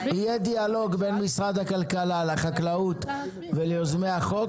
יהיה דיאלוג בין משרד הכלכלה למשרד החקלאות וליוזמי החוק,